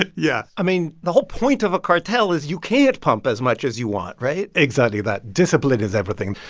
but yeah i mean, the whole point of a cartel is you can't pump as much as you want, right? exactly that. discipline is everything.